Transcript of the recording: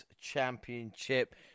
Championship